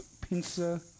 pincer